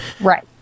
Right